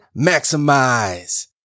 maximize